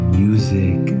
music